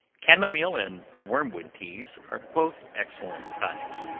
chamomile, and wormwood teas, are both excellent tonics,